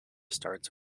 starts